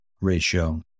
ratio